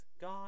god